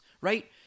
right